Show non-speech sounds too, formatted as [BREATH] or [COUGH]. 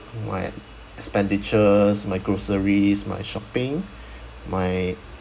my expenditures my groceries my shopping [BREATH] my